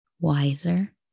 wiser